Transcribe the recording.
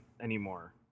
anymore